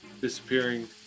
disappearing